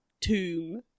tomb